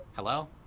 Hello